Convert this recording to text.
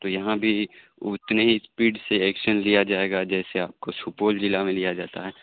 تو یہاں بھی اتنے ہی اسپیڈ سے ایکشن لیا جائے گا جیسے آپ کو سپول جلع میں لیا جاتا ہے